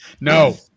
No